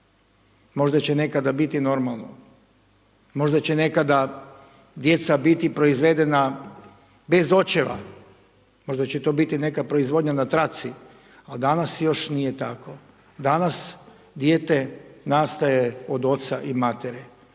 Možda će nekada biti normalno, možda će nekada djeca biti proizvedena bez očeva, možda će to biti neka proizvodnja na traci a danas još nije tako. Danas dijete nastaje od oca i matere.